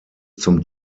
zum